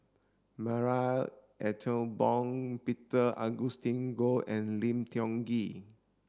Marie Ethel Bong Peter Augustine Goh and Lim Tiong Ghee